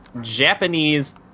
Japanese